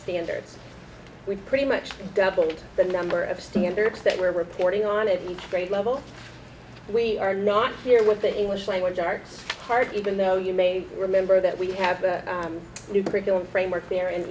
standards we've pretty much doubled the number of standards that we're reporting on it each grade level we are not here with the english language arts part even though you may remember that we have a new curriculum framework there